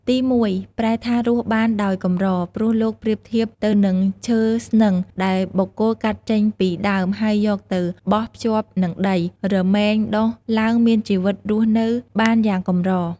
ទីមួយប្រែថារស់បានដោយកម្រ ព្រោះលោកប្រៀបធៀបទៅនឹងឈើស្នឹងដែលបុគ្គលកាត់ចេញពីដើមហើយយកទៅបោះភ្ជាប់នឹងដី រមែងដុះឡើងមានជីវិតរស់នៅបានយ៉ាងកម្រ។